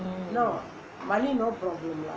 no money no problem lah